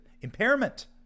impairment